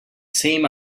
same